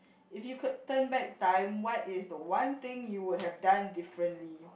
if you could turn back time what is the one thing you would have done differently